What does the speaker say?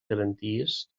garanties